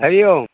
hello